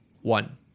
One